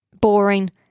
Boring